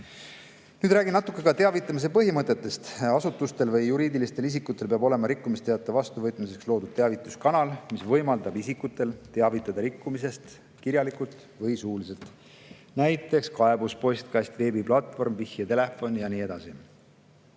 Nüüd räägin natuke ka teavitamise põhimõtetest. Asutustel ja juriidilistel isikutel peab olema rikkumisteate vastuvõtmiseks loodud teavituskanal, mis võimaldab isikutel teavitada rikkumisest kirjalikult või suuliselt, näiteks kaebuspostkast, veebiplatvorm, vihjetelefoni ja nii edasi.